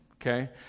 Okay